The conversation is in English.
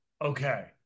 Okay